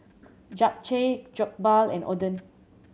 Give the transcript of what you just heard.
Japchae Jokbal and Oden